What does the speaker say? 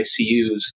ICUs